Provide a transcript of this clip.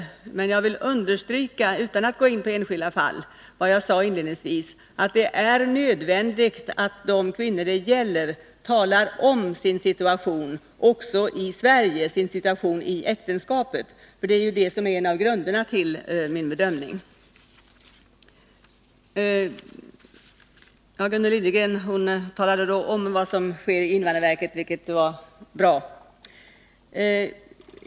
Utan att gå in på enskilda fall vill jag dock understryka vad jag sade inledningsvis, att det är nödvändigt att de kvinnor det gäller talar om också sin situation i Sverige, i äktenskapet. Det är ju det som är en av grunderna för min bedömning. Gunnel Liljegren talade om vad som sker i invandrarverket, vilket var bra.